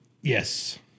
Yes